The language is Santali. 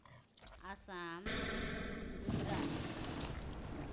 ᱟᱥᱟᱢ ᱜᱩᱡᱽᱨᱟᱴ